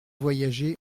voyager